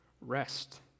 rest